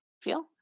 feel